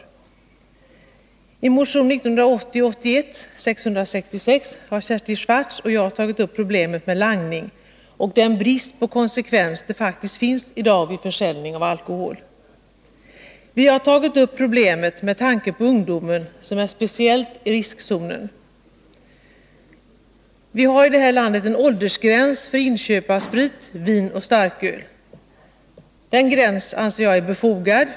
I motion 1980/81:666 har Kersti Swartz och jag tagit upp problemet med langning och den brist på konsekvens det faktiskt finns i dag vid försäljning. Vi har tagit upp problemet med tanke på ungdomen som är speciellt i riskzonen. Vi har en åldersgräns för inköp av sprit, vin och starköl. Denna gräns är befogad.